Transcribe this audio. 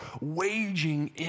waging